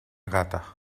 gata